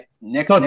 Nick –